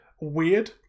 weird